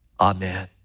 Amen